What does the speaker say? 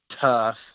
tough